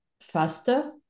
faster